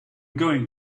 going